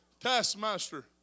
taskmaster